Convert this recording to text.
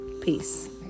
Peace